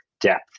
depth